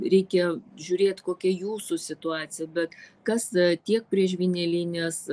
reikia žiūrėt kokia jūsų situacija bet kas tiek prie žvynelinės